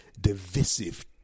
divisive